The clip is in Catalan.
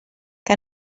que